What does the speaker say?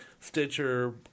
Stitcher